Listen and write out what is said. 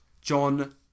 John